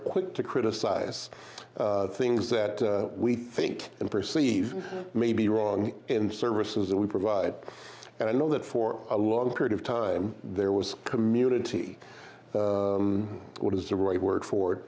quick to criticize things that we think and perceive may be wrong in services that we provide and i know that for a long period of time there was community what is the right word for